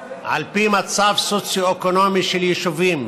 על פי מצב סוציו-אקונומי של יישובים,